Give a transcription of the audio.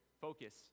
focus